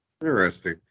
Interesting